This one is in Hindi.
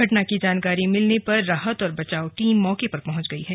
घटना की जानकारी मिलने पर राहत और बचाव टीम मौके पर पहुंच गयी है